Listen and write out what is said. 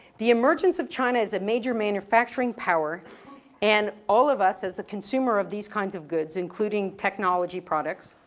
the emergence of china is a major manufacturing power and all of us as a consumer of these kinds of goods including technology products.